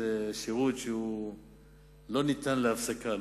זה שירות שלא ניתן להפסקה,